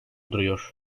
duruyor